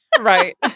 Right